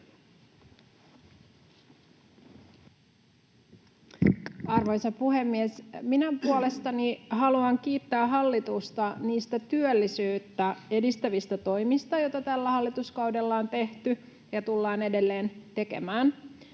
Arvoisa puhemies! Minä puolestani haluan kiittää hallitusta niistä työllisyyttä edistävistä toimista, joita tällä hallituskaudella on tehty ja tullaan edelleen tekemään.